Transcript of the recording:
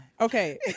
Okay